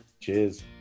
Cheers